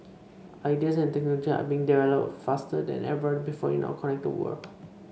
ideas and technology are being developed faster than ever before in our connected world